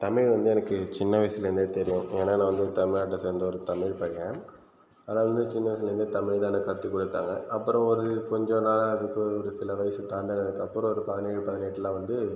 தமிழ் வந்து எனக்கு சின்ன வயதுலேந்தே தெரியும் ஏன்னால் நான் வந்து தமிழ்நாட்டை சேர்ந்த ஒரு தமிழ் பையன் அதனால் வந்து சின்ன வயதுலேந்து தமிழ் தான் எனக்கு கற்றுக் கொடுத்தாங்க அப்புறம் ஒரு கொஞ்சம் நாளாக அதுக்கு ஒரு சில வயது தாண்டினத்துக்கு அப்புறம் ஒரு பதினேழு பதினெட்டில் வந்து